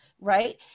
right